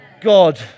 God